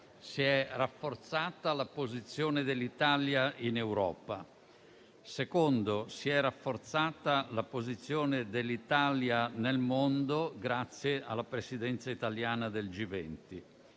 si è rafforzata la posizione dell'Italia in Europa. Secondo: si è rafforzata la posizione dell'Italia nel mondo, grazie alla Presidenza italiana del G20.